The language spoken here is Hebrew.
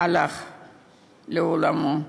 הלך לעולמו.